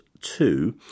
two